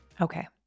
Okay